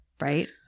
right